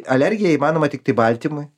alergija įmanoma tiktai baltymui